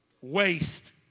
Waste